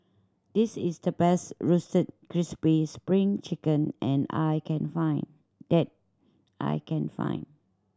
this is the best Roasted Crispy Spring Chicken and I can find that I can find